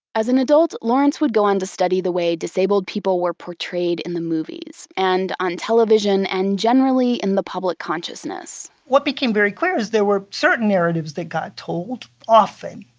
as an adult lawrence would go on to study the way disabled people were portrayed in the movies and on television, and generally in the public consciousness what became very clear is that there were certain narratives that got told often.